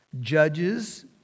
Judges